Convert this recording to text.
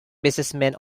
businessmen